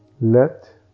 let